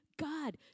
God